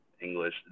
english